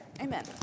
amen